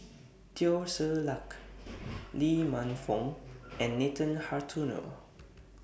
Teo Ser Luck Lee Man Fong and Nathan Hartono